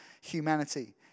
humanity